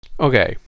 Okay